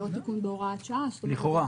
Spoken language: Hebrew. לא תיקון בהוראת שעה -- לכאורה.